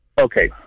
Okay